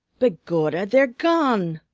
begorra, they're gone!